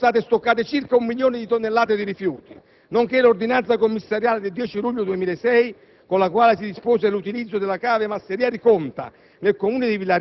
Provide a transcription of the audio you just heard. I fatti sono anche l'ordinanza del commissario di Governo che, nel 2004, dispose l'apertura della discarica di Settecainati, ai confini tra Giugliano e Qualiano - sempre lì!